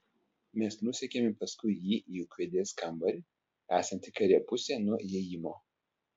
mes nusekėme paskui jį į ūkvedės kambarį esantį kairėje pusėje nuo įėjimo